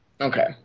Okay